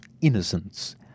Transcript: innocence